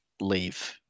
leave